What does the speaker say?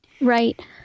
Right